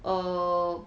err